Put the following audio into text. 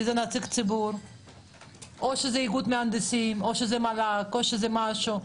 כי זה נציג ציבור או שזה איגוד מהנדסים או שזה מל"ג או שזה משהו.